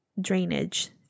drainage